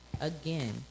Again